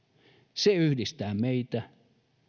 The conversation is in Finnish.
se yhdistää meitä